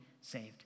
saved